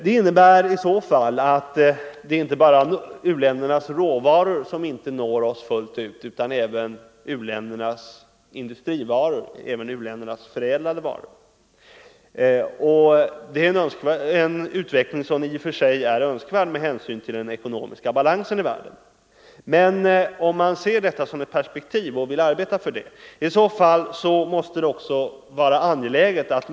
Det innebär i så fall att det inte bara är u-ländernas råvaror Nr 131 som inte når oss fullt ut, utan det gäller även u-ländernas förädlade varor. Fredagen den Det är en utveckling som i och för sig är önskvärd med hänsyn till 29 november 1974 den ekonomiska balansen i världen. Men om man ser detta som ett I perspektiv och vill arbeta efter det måste det också vara angeläget att — Ang.